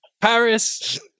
Paris